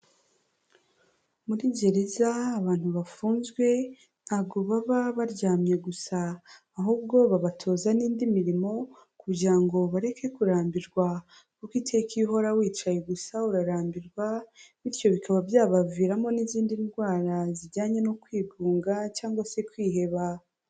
Muri gereza abantu bafunzwe ntago baba baryamye gusa ahubwo, babatoza n'indi mirimo kugira ngo bareke kurambirwa, kuko iteka iyo uhora wicaye gusa urarambirwa, bityo bikaba byabaviramo n'izindi ndwara zijyanye no kwigunga cyangwa se kwiheba.